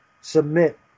submit